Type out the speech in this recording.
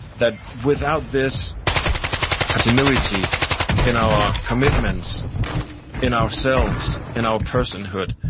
that without this continuity in our commitments in ourselves, in our personhood,